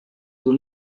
will